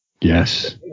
Yes